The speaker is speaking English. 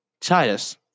Titus